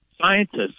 scientists